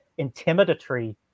intimidatory